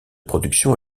production